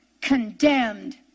condemned